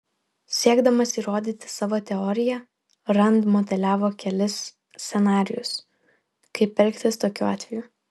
siekdamas įrodyti savo teoriją rand modeliavo kelis scenarijus kaip elgtis tokiu atveju